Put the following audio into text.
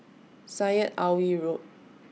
Syed Alwi Road